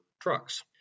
trucks